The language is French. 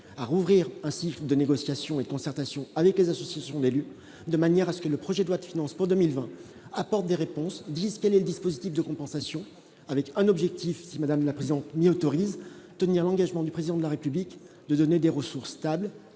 à rouvrir ainsi de négociations et de concertation avec les associations d'élus, de manière à ce que le projet de loi de finances pour 2020 apporte des réponses disent quel est le dispositif de compensation avec un objectif si madame la prison n'autorise tenir l'engagement du président de la République de donner des ressources stables